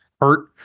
hurt